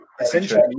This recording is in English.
essentially